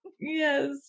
yes